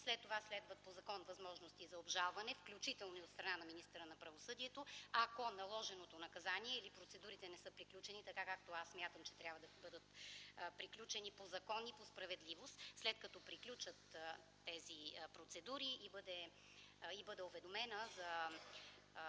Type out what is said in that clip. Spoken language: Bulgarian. След това по закон следват възможности за обжалване, включително и от страна на министъра на правосъдието, ако наложеното наказание или процедурите не са приключени така, както аз смятам, че трябва да бъдат приключени по закон и по справедливост. След като приключат тези процедури и бъда уведомена за